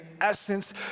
essence